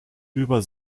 über